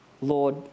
Lord